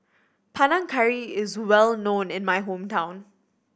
Panang Curry is well known in my hometown